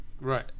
Right